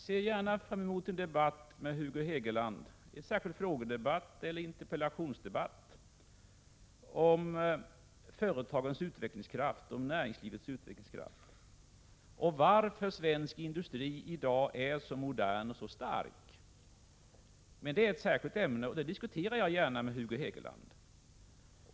Herr talman! Jag skall gärna föra en frågeeller interpellationsdebatt med Hugo Hegeland om företagens och näringslivets utvecklingskraft och om varför svensk industri i dag är så modern och så stark. Men det är ett särskilt ämne, och det diskuterar jag gärna med Hugo Hegeland.